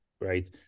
right